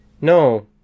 No